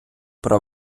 про